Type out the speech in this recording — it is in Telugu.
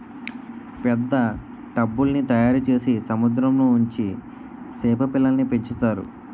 పెద్ద టబ్బుల్ల్ని తయారుచేసి సముద్రంలో ఉంచి సేప పిల్లల్ని పెంచుతారు